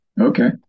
okay